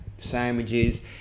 sandwiches